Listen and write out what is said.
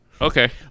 Okay